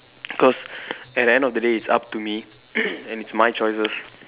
because at the end of the day it's up to me and it's my choices